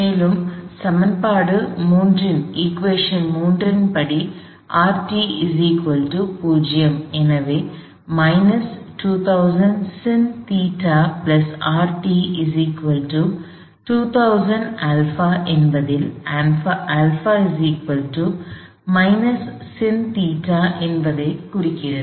மேலும் சமன்பாடு 3 இன் படி Rt 0 எனவே 2000sin ϴ Rt 2000α என்பதில் α sin ϴ என்பதை குறிக்கிறது